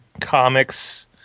comics